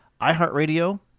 iHeartRadio